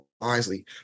wisely